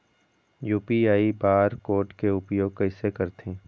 UPI bar code के उपयोग कैसे करथें?